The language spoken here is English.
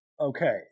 Okay